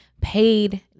paid